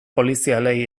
polizialei